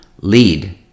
lead